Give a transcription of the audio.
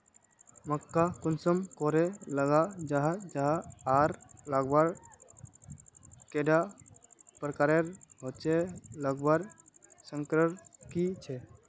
मक्का कुंसम करे लगा जाहा जाहा आर लगवार कैडा प्रकारेर होचे लगवार संगकर की झे?